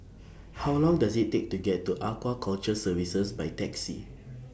How Long Does IT Take to get to Aquaculture Services By Taxi